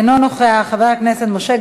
אינו נוכח, חבר הכנסת משה